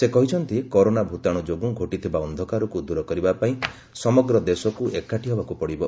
ସେ କହିଛନ୍ତି କରୋନା ଭୂତାଣୁ ଯୋଗୁଁ ଘୋଟିଥିବା ଅନ୍ଧକାରକୁ ଦର କରିବା ପାଇଁ ସମଗ୍ର ଦେଶକୁ ଏକାଠି ହେବାକୁ ପଡ଼ିବ